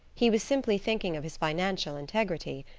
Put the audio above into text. he was simply thinking of his financial integrity.